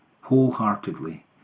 wholeheartedly